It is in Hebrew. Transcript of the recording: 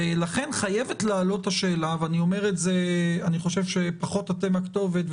לכן חייבת לעלות השאלה אני חושב שאתם פחות הכתובת,